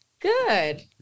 Good